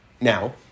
Now